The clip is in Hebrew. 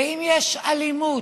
ואם יש אלימות